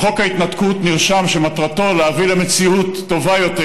בחוק ההתנתקות נרשם שמטרתו להביא למציאות טובה יותר,